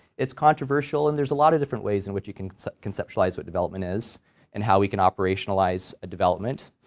it's controversial and there's a lot of different ways in which you can conceptualize what development is and how we can operationalize a development.